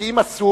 כי אם אסור,